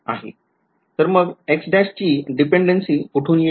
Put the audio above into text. तर मग X ची dependence कुठून येईल